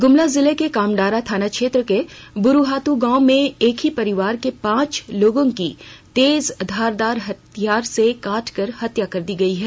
ग्मला जिले के कामडारा थाना क्षेत्र के बुरुहात् गाँव में एक ही परिवार के पांच लोगों की तेजधार हथियार से काट कर हत्या कर दी गई है